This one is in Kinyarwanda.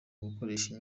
gukoresha